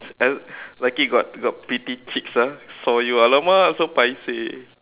uh lucky got got pretty chicks ah saw you !alamak! so paiseh